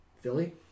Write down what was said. Philly